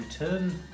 return